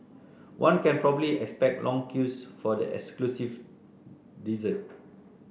one can probably expect long queues for the exclusive dessert